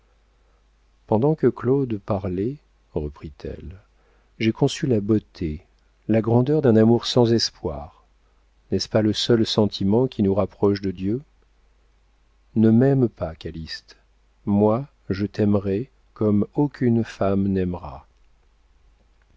pendant que claude parlait reprit-elle j'ai conçu la beauté la grandeur d'un amour sans espoir n'est-ce pas le seul sentiment qui nous approche de dieu ne m'aime pas calyste moi je t'aimerai comme aucune femme n'aimera